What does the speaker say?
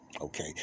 okay